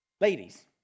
Ladies